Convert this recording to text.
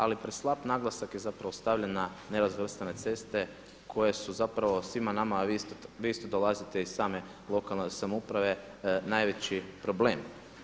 Ali preslab naglasak je zapravo stavljen na nerazvrstane ceste koje su zapravo svima nama, a vi isto dolazite iz same lokalne samouprave najveći problem.